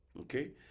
Okay